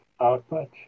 output